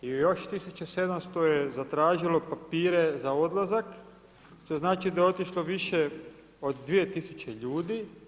I još 1700 je zatražilo papire za odlazak, što znači da je otišlo više od 2000 ljudi.